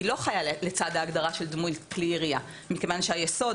היא לא חיה לצד ההגדרה של דמוי כלי ירייה מכיוון שהיסוד